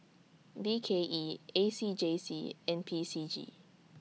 B K E A C J C and P C G